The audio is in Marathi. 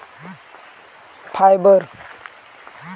फायबर